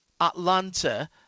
Atlanta